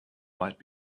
might